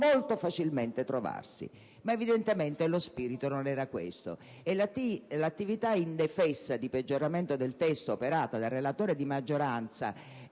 molto facilmente trovare un accordo. Ma evidentemente lo spirito non era questo, e l'attività indefessa di peggioramento del testo operata dal relatore di maggioranza